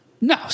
no